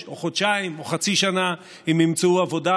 או חודשיים או חצי שנה הם ימצאו עבודה.